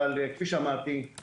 אבל כפי שאמרתי,